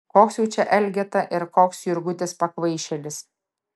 koks jau čia elgeta ir koks jurgutis pakvaišėlis